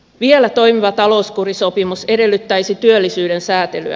vielä toimiva talouskurisopimus edellyttäisi työllisyyden säätelyä